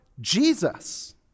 Jesus